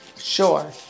Sure